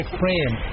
frame